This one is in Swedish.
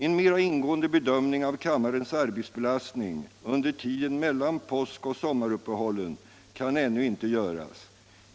En mera ingående bedömning av kammarens arbetsbelastning under tiden mellan påskoch sommaruppehållen kan ännu inte göras.